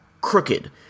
crooked